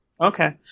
Okay